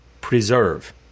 PRESERVE